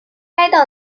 该党